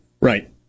Right